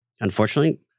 Unfortunately